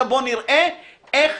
עכשיו בואו נראה איך.